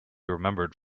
remembered